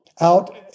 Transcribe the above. out